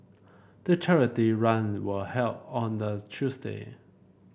the charity run were held on a Tuesday